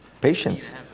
Patience